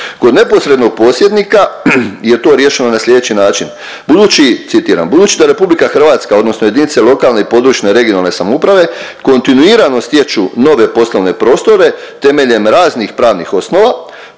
Kod neposrednog posjednika je to riješeno na sljedeći način: Budući, citiram, budući da Republika Hrvatska odnosno jedinice lokalne i područne (regionalne) samouprave kontinuirano stječu nove poslovne prostore temeljem raznih pravnih osnova